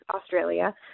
australia